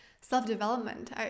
self-development